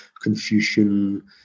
Confucian